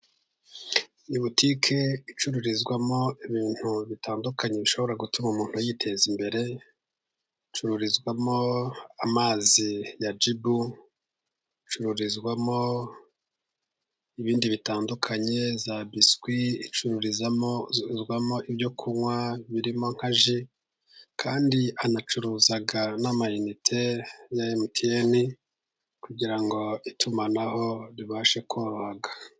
Butike icururizwamo ibintu bitandukanye, bishobora gutuma umuntu yiteza imbere. Icururizwamo amazi ya jibu, icururizwamo ibindi bitandukanye, za biswi, icururizwamo ibyo kunywa birimo nka ji. Kandi anacuruza n'ama inite ya MTN kugira ngo itumanaho ribashe kororoka.